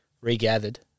Regathered